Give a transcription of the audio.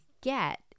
get